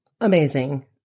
Amazing